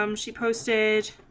um she postage